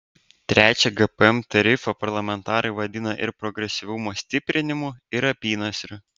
trečią gpm tarifą parlamentarai vadina ir progresyvumo stiprinimu ir apynasriu